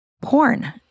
porn